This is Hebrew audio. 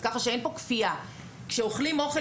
אז ככה שאין פה כפייה כשאוכלים אוכל